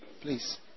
Please